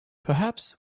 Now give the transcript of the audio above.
perhaps